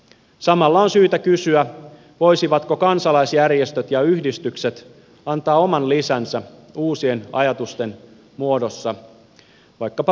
samalla on syytä kysyä voisivatko kansalaisjärjestöt ja yhdistykset antaa oman lisänsä uusien ajatusten muodossa vaikkapa valiokuntakuulemisissa